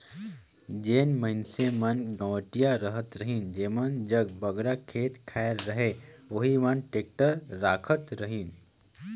जेन मइनसे मन गवटिया रहत रहिन जेमन जग बगरा खेत खाएर रहें ओही मन टेक्टर राखत रहिन